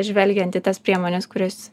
žvelgiant į tas priemones kurias